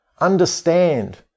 understand